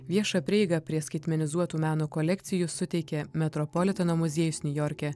viešą prieigą prie skaitmenizuotų meno kolekcijų suteikė metropoliteno muziejus niujorke